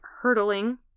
hurtling